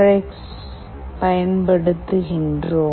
X பயன்படுத்துகிறோம்